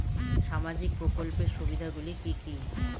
সামাজিক প্রকল্পের সুবিধাগুলি কি কি?